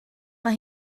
mae